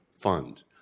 Fund